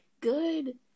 good